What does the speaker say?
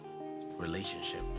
relationship